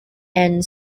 and